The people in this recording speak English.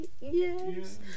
yes